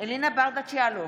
אלינה ברדץ' יאלוב,